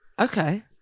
Okay